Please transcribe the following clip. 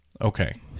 Okay